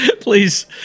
please